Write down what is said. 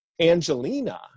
Angelina